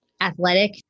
athletic